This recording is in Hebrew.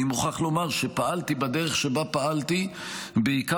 אני מוכרח לומר שפעלתי בדרך שבה פעלתי בעיקר